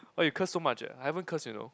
!wah! you curse so much eh I haven't curse you know